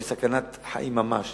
שזה ממש סכנת חיים לילדים,